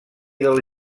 del